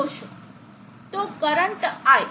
તો current I